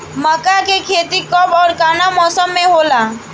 मका के खेती कब ओर कवना मौसम में होला?